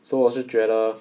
so 我是觉得